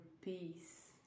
peace